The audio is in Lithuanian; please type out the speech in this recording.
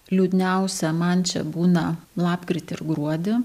liūdniausia man čia būna lapkritį ir gruodį